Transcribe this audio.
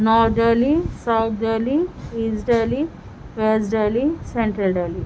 north Delhi south Delhi east Delhi west Delhi central Delhi